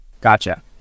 Gotcha